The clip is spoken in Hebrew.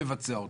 ומבצע אותה.